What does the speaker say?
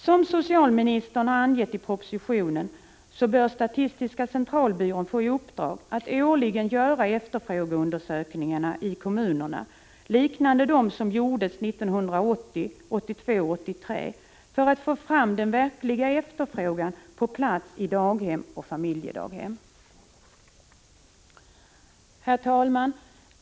Som socialministern har angett i propositionen bör statistiska centralbyrån få i uppdrag att årligen göra sådana efterfrågeundersökningar som liknar dem som gjordes 1980, 1982 och 1983 för att man skall få fram den verkliga Herr talman!